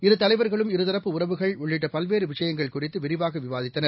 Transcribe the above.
இருதலைவர்களும் இருதரப்பு உறவுகள் உள்ளிட்டபல்வேறுவிஷயங்கள் குறித்துவிரிவாகவிவாதித்தனர்